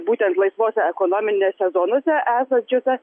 būtent laisvose ekonominėse zonose esančiose